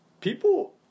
people